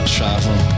Travel